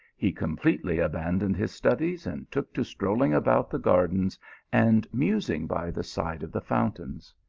he completely abandoned his studies and took to strolling about the gardens and musing by the side of the fountains.